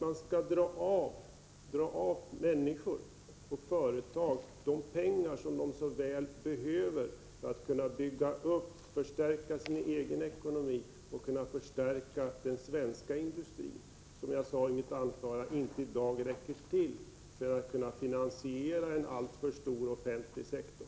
Man vill alltså ta ifrån människor och företag de pengar som de så väl behöver för att kunna bygga upp och förstärka sin egen ekonomi och kunna förstärka den svenska industrin, som i dag inte räcker till för att finansiera en alltför stor offentlig sektor.